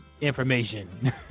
information